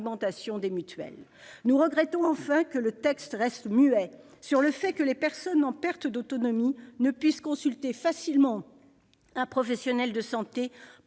des mutuelles. Nous regrettons enfin que le texte reste muet sur le fait que les personnes en perte d'autonomie ne puissent consulter facilement un professionnel de santé par